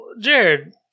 Jared